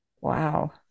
wow